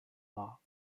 law